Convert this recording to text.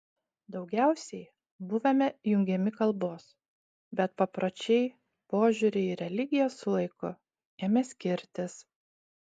daugiausiai buvome jungiami kalbos bet papročiai požiūriai ir religija su laiku ėmė skirtis